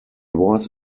was